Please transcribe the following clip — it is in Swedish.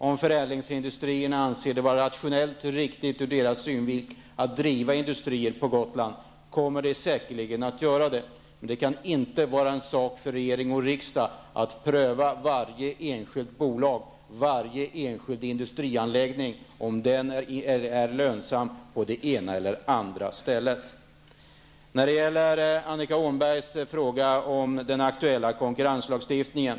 Om förädlingsindustrierna anser det vara rationellt och riktigt att driva industrier på Gotland kommer de säkerligen att göra det, men det kan inte vara en sak för regering och riksdag att pröva om varje enskild industrianläggning är lönsam på det ena eller andra stället. Annika Åhnberg frågade om införandet av den skärpta konkurrenslagstiftningen.